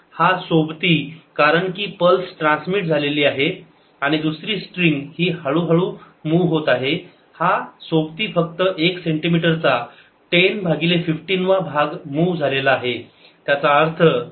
हा सोबती कारण की पल्स ट्रान्समिट झालेली आहे दुसरी स्ट्रिंग ही हळू मूव्ह होत आहे हा सोबती फक्त एक सेंटीमीटर चा 10 भागिले 15 वा भाग मूव्ह झालेला आहे त्याचा अर्थ 0